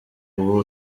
uba